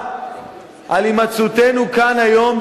על הימצאותנו כאן היום,